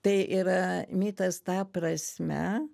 tai yra mitas ta prasme